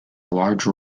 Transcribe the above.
large